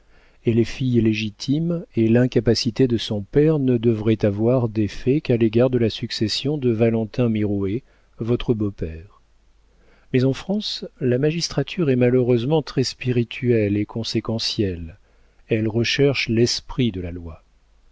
elle est fille légitime et l'incapacité de son père ne devrait avoir d'effet qu'à l'égard de la succession de valentin mirouët votre beau-père mais en france la magistrature est malheureusement très spirituelle et conséquentielle elle recherche l'esprit de la loi